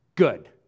good